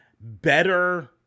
better